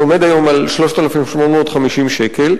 שעומד היום על 3,850 שקל.